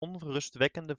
onrustwekkende